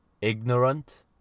ignorant